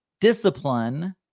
discipline